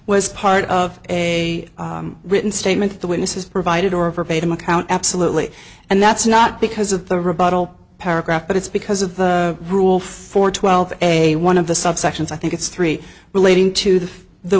was part of a written statement the witnesses provided or a verbatim account absolutely and that's not because of the rebuttal paragraph but it's because of the rule for twelve a one of the subsections i think it's three relating to the the